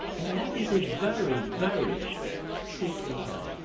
and that is a very, very tricky line.